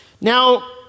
Now